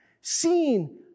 seen